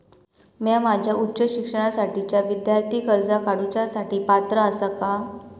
म्या माझ्या उच्च शिक्षणासाठीच्या विद्यार्थी कर्जा काडुच्या साठी पात्र आसा का?